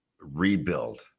rebuild